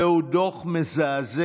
זהו דוח מזעזע,